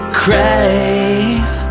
crave